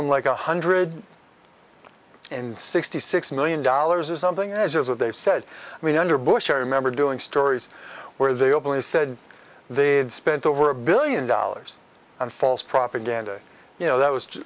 in like a hundred and sixty six million dollars or something as is what they said i mean under bush i remember doing stories where they openly said they had spent over a billion dollars on false propaganda you know that was